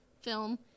film